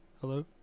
Hello